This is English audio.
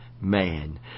man